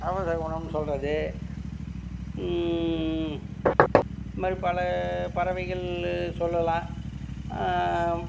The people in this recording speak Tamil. அபசகுனம்னு சொல்கிறது இந்மாதிரி பல பறவைகள் சொல்லலாம்